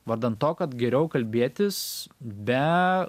vardan to kad geriau kalbėtis be